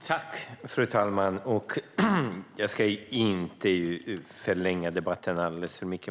Fru talman! Jag ska inte förlänga debatten så mycket.